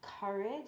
courage